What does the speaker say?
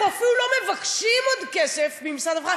אנחנו אפילו לא מבקשים עוד כסף ממשרד הרווחה,